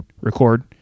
record